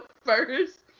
first